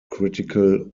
critical